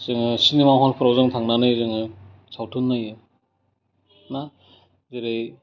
जोङो सिनेमा हलफोराव जों थांनानै जोङो सावथुन नायो मा जेरै